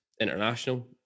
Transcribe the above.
international